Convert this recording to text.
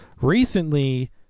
recently